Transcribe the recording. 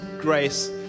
grace